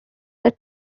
that